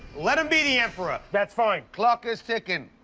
let him be the emperor! that's fine. clock is ticking.